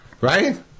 right